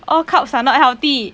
all carbs are not healthy